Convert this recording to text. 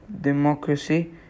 democracy